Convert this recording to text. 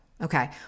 Okay